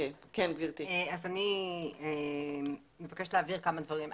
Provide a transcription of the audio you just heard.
אני מבקשת להבהיר כמה דברים.